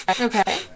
Okay